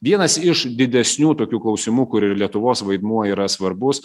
vienas iš didesnių tokių klausimų kur ir lietuvos vaidmuo yra svarbus